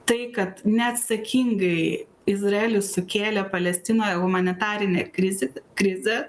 tai kad neatsakingai izraelis sukėlė palestinoje humanitarinę krizk krizę